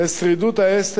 לשרידות העסק,